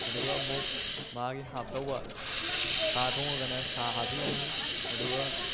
ꯑꯗꯨꯒ ꯑꯃꯨꯛ ꯃꯥꯒꯤ ꯍꯥꯞꯇꯧꯕ ꯁꯥ ꯊꯣꯡꯂꯒꯅ ꯁꯥ ꯍꯥꯞꯆꯤꯜꯂꯅꯤ ꯑꯗꯨꯒ